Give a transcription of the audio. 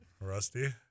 Rusty